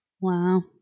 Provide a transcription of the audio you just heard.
Wow